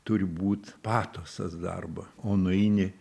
turi būt patosas darbo o nueini